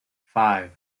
five